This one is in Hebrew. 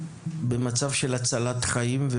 במצב של הצלת חיים,